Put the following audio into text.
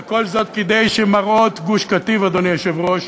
וכל זאת כדי שמראות גוש-קטיף, אדוני היושב-ראש,